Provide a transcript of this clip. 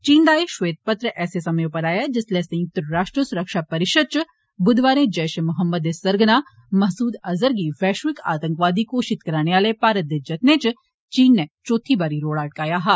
चीन दा एह ष्येत पत्र ऐसे मौके उप्पर आया ऐ जिस्सले संयुक्त राश्ट्र सुरक्षा परिशद च बुधवारे जैष ए मोहम्मद दे सरगना मसूद अजहर गी वैष्विक आतंकवादी घोशित करने आले भारत ते जतनें च चीन नै चौथी बारी रोड़ा अटकाया ऐ